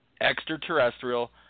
Extraterrestrial